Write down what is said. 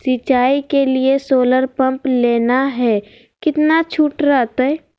सिंचाई के लिए सोलर पंप लेना है कितना छुट रहतैय?